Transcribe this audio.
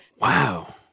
Wow